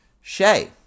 Shay